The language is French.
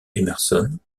emerson